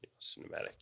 cinematic